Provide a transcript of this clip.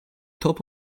top